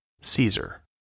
Caesar